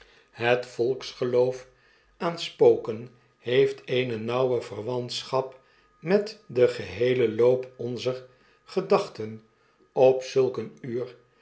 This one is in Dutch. het volksgeloof aan spoken heeft eene nauwe verwantschap met den geheelen loop onzer gedachten op zulk een uur